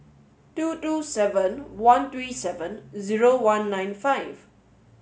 two two seven one three seven zero one nine five